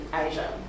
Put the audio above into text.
Asia